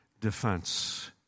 defense